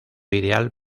ideal